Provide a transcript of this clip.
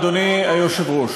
אולי הלכת לשירותים.